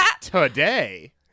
Today